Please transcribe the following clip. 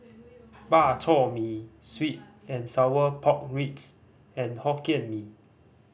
Bak Chor Mee sweet and sour pork ribs and Hokkien Mee